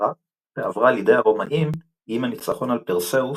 הספירה ועברה לידי הרומאים עם הניצחון על פרסאוס,